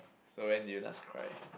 so when did you last cry